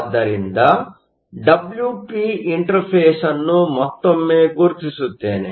ಆದ್ದರಿಂದ Wp interface ಅನ್ನು ಮತ್ತೊಮ್ಮೆ ಗುರುತಿಸುತ್ತೇನೆ